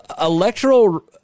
electoral